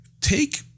take